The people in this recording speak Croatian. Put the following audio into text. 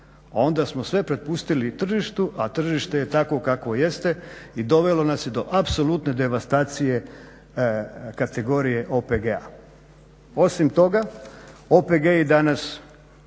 onda smo sve prepustili i tržištu a tržište je takvo kakvo jeste i dovelo nas je do apsolutne devastacije kategorije OPG-a. Osim toga OPG-i danas